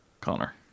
Connor